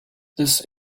this